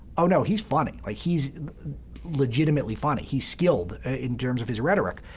oh, no, he's funny like, he's legitimately funny. he's skilled in terms of his rhetoric.